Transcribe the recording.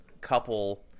couple